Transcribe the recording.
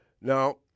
Now